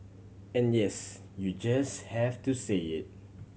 and yes you just have to say it